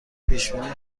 پیشبینی